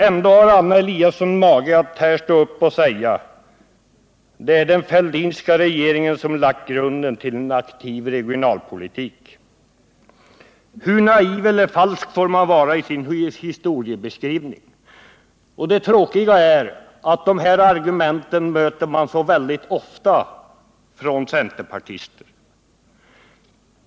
Ändå har Anna Eliasson mage att här stå upp och säga att det är den Fälldinska regeringen som lagt grunden till en aktiv regionalpolitik. Hur naiv eller falsk får man vara i sin historiebeskrivning? Det tråkiga är att dessa argument möter man väldigt ofta hos centerpartister.